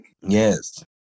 Yes